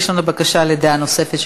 יש לנו בקשה לדעה נוספת,